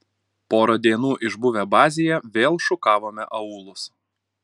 porą dienų išbuvę bazėje vėl šukavome aūlus